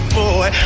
boy